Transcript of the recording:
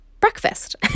breakfast